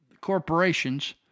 corporations